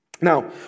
Now